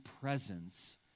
presence